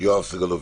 יואב סגלוביץ.